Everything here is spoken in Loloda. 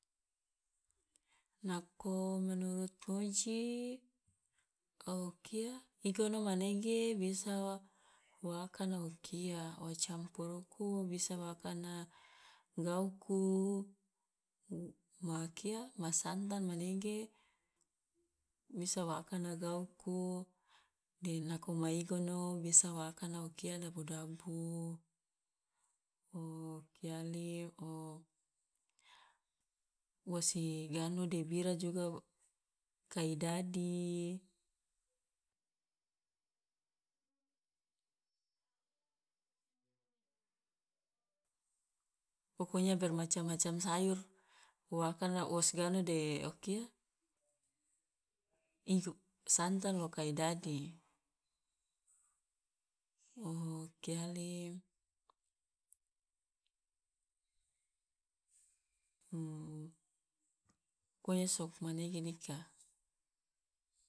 Nako menurut ngoji, ao kia manege biasa wa akana wo kia wa campur uku bisa wa akana gauku ma kia ma santan manege bisa wa akana gauku, nako ma igono bisa wa akana o kia dabu dabu kiali wo wosi ganu de bira juga kai dadi, pokonya bermacam macam sayur wa akana wo siganu de o kia igu- santan loka i dadi. kiali pokonya sokmanege dika.